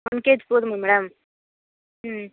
one KG போதுமா madam ம்